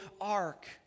ark